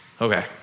okay